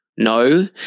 No